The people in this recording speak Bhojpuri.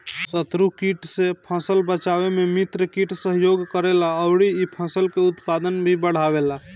शत्रु कीट से फसल बचावे में मित्र कीट सहयोग करेला अउरी इ फसल के उत्पादन भी बढ़ावेला